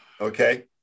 okay